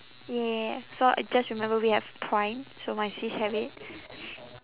ya so I just remember we have prime so my sis have it